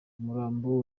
umurambo